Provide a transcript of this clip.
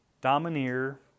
domineer